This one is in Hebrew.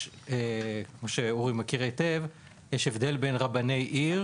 אורי מכיר היטב שיש הבדל בין רבני עיר